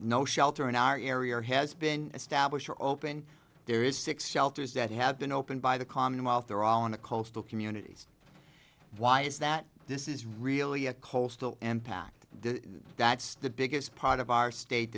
no shelter in our area has been established are open there is six shelters that have been opened by the commonwealth they're all in the coastal communities why is that this is really a coastal impact the that's the biggest part of our state